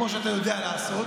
כמו שאתה יודע לעשות,